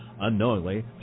Unknowingly